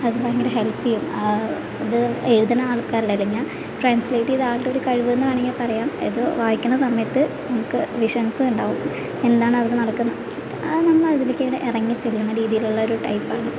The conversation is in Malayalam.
അത് ഭയങ്കര ഹെൽപ്പ് ചെയ്യും അത് എഴുതണ ആൾക്കാരടെ ട്രാൻസ്ലേറ്റ് ചെയ്ത ആളുടെ ഒരു കഴിവ് എന്ന് വേണമെങ്കിൽ പറയാം ഇത് വായിക്കണ സമയത്ത് നമുക്ക് വിഷൻസ് ഉണ്ടാകും എന്താണ് അവിടെ നടക്കുന്നത് അത് നമ്മൾ അതിലേക്കിങ്ങനെ എറങ്ങിച്ചെല്ലുന്ന രീതിയിലുള്ളൊരു ടൈപ്പാണ്